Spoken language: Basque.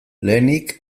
lehenik